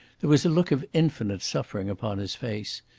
there was a look of infinite suffering upon his face.